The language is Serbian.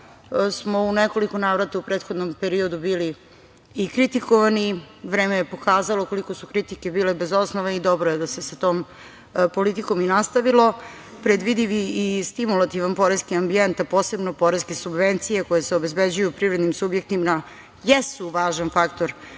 smo u nekoliko navrata u prethodnom periodu bili i kritikovani. Vreme je pokazalo koliko su kritike bile bez osnova i dobro je da se sa tom politikom i nastavilo. Predvidivi i stimulativan poreski ambijent, a posebno poreske subvencije koje se obezbeđuju privrednim subjektima jesu važan faktor